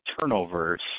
turnovers